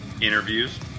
interviews